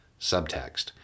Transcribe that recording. Subtext